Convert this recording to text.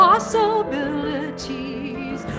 possibilities